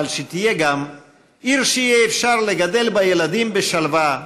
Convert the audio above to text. אבל שתהיה גם עיר שאפשר יהיה לגדל בה ילדים בשלווה,